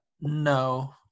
no